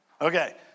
Okay